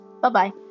Bye-bye